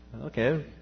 Okay